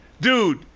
Dude